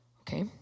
Okay